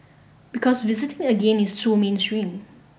because visiting again is too mainstream